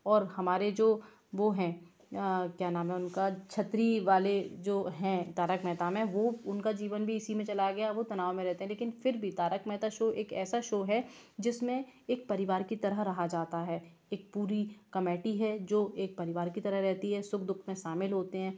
और हमारे जो वो हैं क्या नाम है उनका छतरी वाले जो हैं तारक मेहता में वो उनका जीवन भी इसी में चला गया वो तनाव में रहते हैं लेकिन फिर भी तारक मेहता शो एक ऐसा शो है जिस में एक परिवार की तरह रहा जाता है एक पूरी कमेटी है जो एक परिवार की तरह रहती है सुख दुख में शामिल होते हैं